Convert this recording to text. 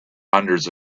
hundreds